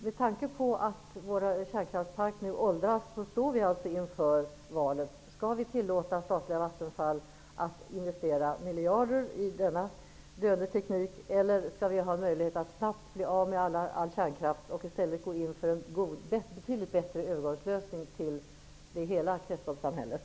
Med tanke på att vår kärnkraftspark nu åldras står vi inför valet om vi skall tillåta statliga Vattenfall att investera miljarder i denna teknik, eller om vi skall utnyttja möjligheten att snabbt bli av med all kärnkraft och gå in för en betydligt bättre övergångslösning till det hela kretsloppssamhället.